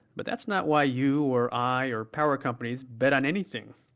but that's not why you or i or power companies bet on anything.